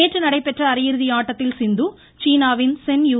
நேற்று நடைபெற்ற அரையிறுதி ஆட்டத்தில் சிந்து சீனாவின் சென் யூ